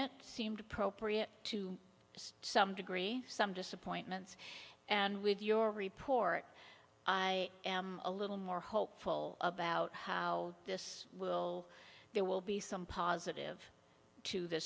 it seemed appropriate to some degree some disappointments and with your report i am a little more hopeful about how this will there will be some positive to th